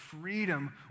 freedom